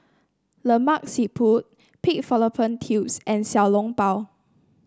Lemak Siput Pig Fallopian Tubes and Xiao Long Bao